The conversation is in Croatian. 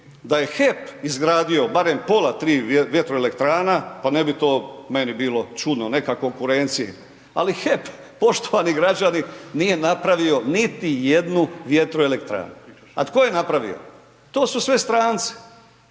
da je HEP izgradio barem pola tri vjetroelektrana, pa ne bi to meni bilo čudno, neka konkurenciji, ali HEP, poštovani građani nije napravio niti jednu vjetroelektrana. A tko je napravio? To su sve stranci.